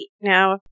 now